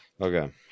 Okay